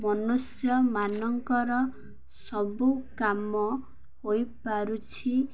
ମନୁଷ୍ୟମାନଙ୍କର ସବୁ କାମ ହୋଇପାରୁଛି